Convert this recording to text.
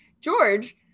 George